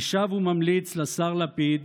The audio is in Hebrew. אני שב וממליץ לשר לפיד